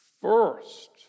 first